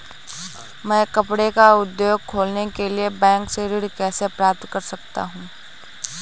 मैं कपड़े का उद्योग खोलने के लिए बैंक से ऋण कैसे प्राप्त कर सकता हूँ?